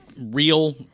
real